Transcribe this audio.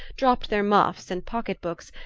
dropped their muffs and pocket-books,